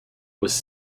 was